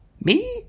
Me